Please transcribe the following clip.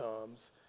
comes